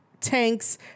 tanks